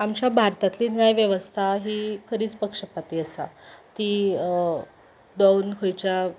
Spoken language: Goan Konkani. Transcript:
आमच्या भारतांतली न्याय वेवस्था ही खरेंच पक्षपाती आसा ती दोन खंयच्या मनशा मदी